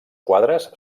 quadres